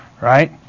right